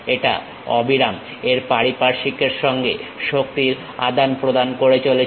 এটা অবিরাম এর পারিপার্শিকের সঙ্গে শক্তির আদান প্রদান করে চলেছে